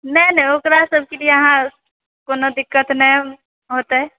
नहि नहि ओकरा सबके लिए अहाँ कोनो दिक्कत नहि ओते